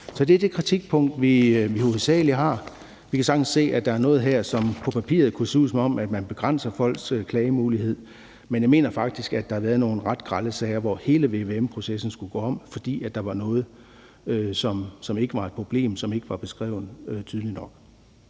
Så det er det kritikpunkt, vi hovedsagelig har. Vi kan sagtens se, at der er noget her, som på papiret kunne se ud, som om man begrænser folks klagemulighed. Men jeg mener faktisk, at der har været nogle ret grelle sager, hvor hele vvm-processen skulle gå om, fordi der var noget, som ikke var et problem, men som ikke var beskrevet tydeligt nok.